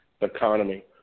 economy